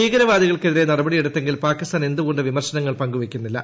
ഭീകരവാദികൾക്ക് എതിരെ നടപടിയെടുത്തെങ്കിൽ പാക്കിസ്ഥാൻ എന്തുകൊണ്ട് തെളിവുകൾ പങ്കുവെക്കുന്നില്ല